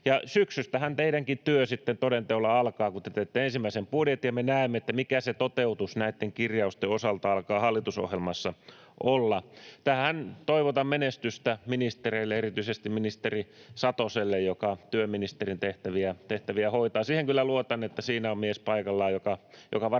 Syksystähän teidänkin työ sitten toden teolla alkaa, kun te teette ensimmäisen budjetin ja me näemme, mikä se toteutus näitten kirjausten osalta alkaa hallitusohjelmassa olla. Tähän toivotan menestystä ministereille, erityisesti ministeri Satoselle, joka työministerin tehtäviä hoitaa. Siihen kyllä luotan, että siinä on mies paikallaan ja hän varmasti